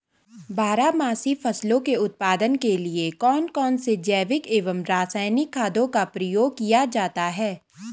बारहमासी फसलों के उत्पादन के लिए कौन कौन से जैविक एवं रासायनिक खादों का प्रयोग किया जाता है?